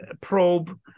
Probe